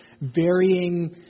varying